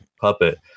Puppet